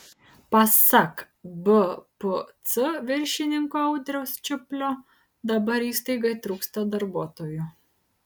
pasak bpc viršininko audriaus čiuplio dabar įstaigai trūksta darbuotojų